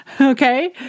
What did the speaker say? Okay